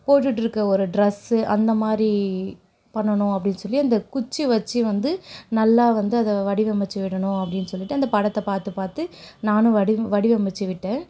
போட்டுட்டிருக்க ஒரு டிரஸ்ஸு அந்தமாதிரி பண்ணனும் அப்படின்னு சொல்லி அந்த குச்சி வச்சு வந்து நல்லா வந்து அதை வடிவமைச்சிவிடணும் அப்படின்னு சொல்லிவிட்டு அந்த படத்தை பார்த்து பார்த்து நான் வடிவ வடிவமைச்சிவிட்டேன்